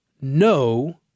no